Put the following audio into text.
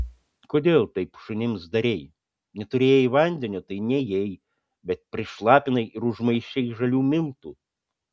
kodėl taip šunims darei neturėjai vandenio tai nėjai bet prišlapinai ir užmaišei žalių miltų